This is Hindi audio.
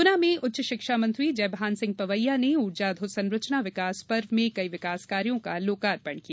गुना में उच्च शिक्षा मंत्री जयभान सिंह पवैया ने ऊर्जा अधोसंरचना विकास पर्व में कई विकासकार्यों का लोकार्पण किया